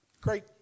Great